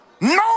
No